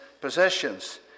possessions